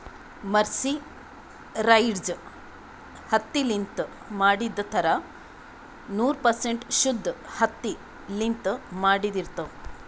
mercerized ಹತ್ತಿಲಿಂತ್ ಮಾಡಿದ್ದ್ ಧಾರಾ ನೂರ್ ಪರ್ಸೆಂಟ್ ಶುದ್ದ್ ಹತ್ತಿಲಿಂತ್ ಮಾಡಿದ್ದ್ ಇರ್ತಾವ್